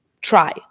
try